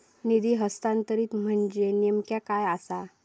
निधी हस्तांतरण म्हणजे नेमक्या काय आसा?